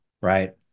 right